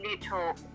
little